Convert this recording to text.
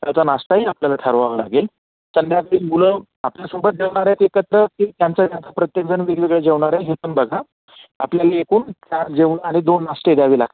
त्याचा नाश्ताही आपल्याला ठरवावा लागेल कारण त्यातली मुलं आपल्यासोबत जेवणार आहेत एकत्र की त्यांचं त्यांचं प्रत्येकजण वेगवेगळे जेवणार आहे हे पण बघा आपल्याला एकून चार जेवणं आणि दोन नाश्ते द्यावे लागतील